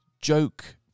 joke